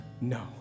no